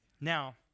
Now